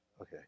Okay